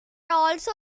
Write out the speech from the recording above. also